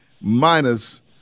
minus